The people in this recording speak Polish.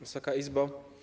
Wysoka Izbo!